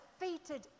defeated